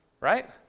Right